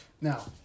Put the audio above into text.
now